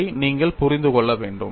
இதை நீங்கள் புரிந்து கொள்ள வேண்டும்